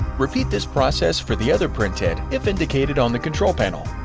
repeat this process for the other printhead, if indicated on the control panel.